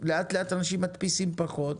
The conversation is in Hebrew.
לאט-לאט אנשים מדפיסים פחות,